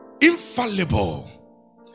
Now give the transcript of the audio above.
Infallible